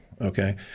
Okay